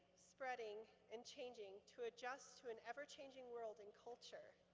spreading, and changing to adjust to an ever-changing world and culture.